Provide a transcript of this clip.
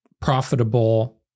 profitable